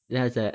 ya sec~